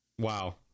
Wow